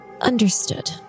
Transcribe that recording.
Understood